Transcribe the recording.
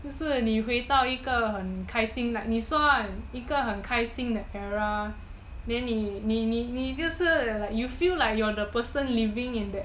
就是你回到一个很开心 like 你算一个很开心的 era then 你就是 you feel like the person living in